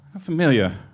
familiar